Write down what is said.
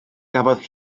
gafodd